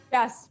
Yes